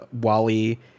Wally